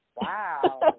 Wow